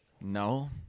No